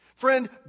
Friend